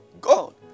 God